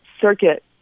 circuit